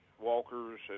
walkers